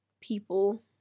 people